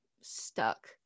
stuck